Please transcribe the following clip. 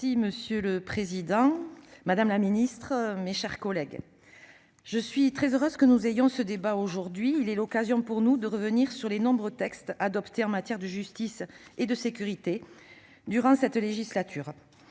Monsieur le président, madame la ministre, mes chers collègues, je suis très heureuse que nous ayons ce débat aujourd'hui. Il nous offre l'occasion de revenir sur les nombreux textes adoptés en matière de justice et de sécurité durant cette législature.